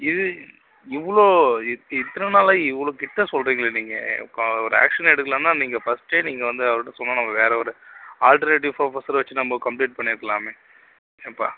இது இவ்வளோ இத்தனை நாளாக இவ்வளோ கிட்டே சொல்கிறீங்களே நீங்கள் ஒரு ஆக்ஷன் எடுக்கலாம்னா நீங்கள் ஃபஸ்ட்டே நீங்கள் வந்து அவர்ட்டே சொன்னால் நம்ம வேறு ஒரு ஆல்ட்டர்நேட்டிவ் ப்ரொஃபசரை வைச்சி நம்ம கம்ப்ளீட் பண்ணியிருக்கலாமே ஏன்ப்பா